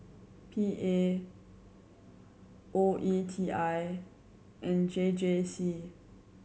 P A O E T I and J J C